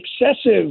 excessive